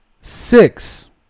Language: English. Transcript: six